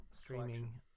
streaming